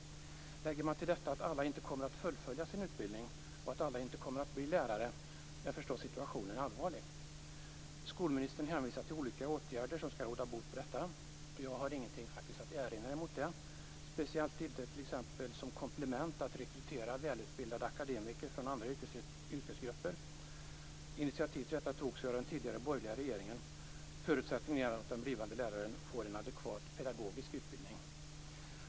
Lägger man till detta att alla inte kommer att fullfölja sin utbildning och att alla inte kommer att bli lärare är situationen förstås allvarlig. Skolministern hänvisar till olika åtgärder som skall råda bot på detta. Jag har faktiskt inget att erinra där, speciellt inte när det handlar om att som komplement rekrytera välutbildade akademiker från andra yrkesgrupper. Initiativ till detta togs av den tidigare borgerliga regeringen men en förutsättning är att den blivande läraren får en adekvat pedagogisk utbildning.